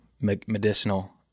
medicinal